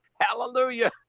hallelujah